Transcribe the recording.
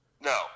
no